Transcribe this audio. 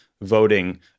voting